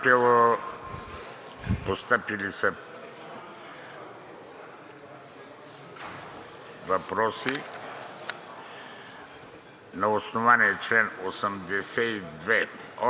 постъпили са въпроси. „На основание чл. 82